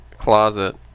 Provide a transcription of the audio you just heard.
closet